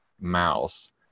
mouse